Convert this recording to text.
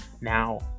Now